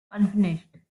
unfinished